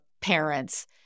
parents